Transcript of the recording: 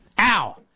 Ow